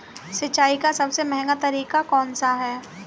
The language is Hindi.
सिंचाई का सबसे महंगा तरीका कौन सा है?